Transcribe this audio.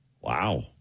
Wow